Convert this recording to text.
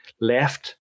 left